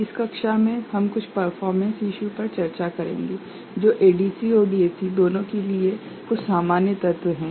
इस कक्षा में हम कुछ परफ़ोर्मेंस इशू पर चर्चा करेंगे जो एडीसी और डीएसी दोनों के लिए कुछ सामान्य तत्व हैं